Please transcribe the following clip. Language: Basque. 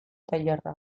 tailerra